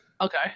Okay